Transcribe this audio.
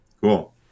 Cool